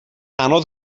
anodd